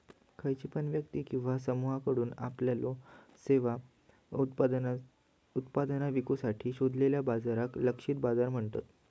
खयची पण व्यक्ती किंवा समुहाकडुन आपल्यो सेवा आणि उत्पादना विकुसाठी शोधलेल्या बाजाराक लक्षित बाजार म्हणतत